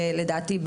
לדעתי,